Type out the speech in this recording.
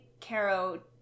caro